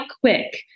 quick